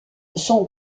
son